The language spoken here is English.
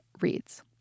reads